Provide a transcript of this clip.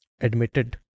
admitted